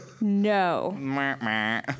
No